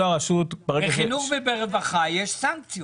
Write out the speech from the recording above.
בחינוך וברווחה יש סנקציות,